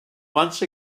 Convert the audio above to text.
once